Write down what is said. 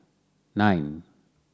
nine